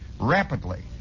rapidly